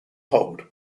hold